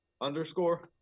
underscore